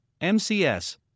MCS